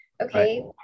okay